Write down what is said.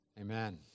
Amen